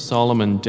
Solomon